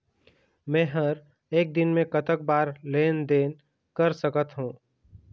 मे हर एक दिन मे कतक बार लेन देन कर सकत हों?